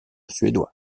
suédois